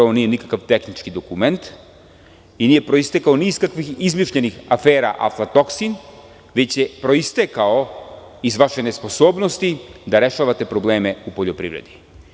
Ovo nije nikakav tehnički dokument, i nije proistekao ni iz kakvih izmišljenih afera aflatoksin, već je proistekao iz vaše nesposobnosti da rešavate probleme u poljoprivredi.